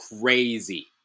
crazy